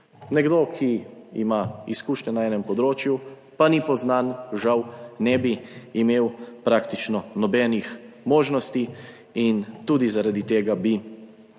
Nekdo, ki ima izkušnje na enem področju, pa ni poznan, žal ne bi imel praktično nobenih možnosti in tudi zaradi tega bi